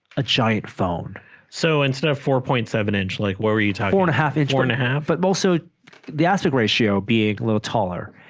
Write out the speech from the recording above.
a giant phone so instead of four point seven inch like where are you time four and a half inch one and a half but also the aspect ratio being a little taller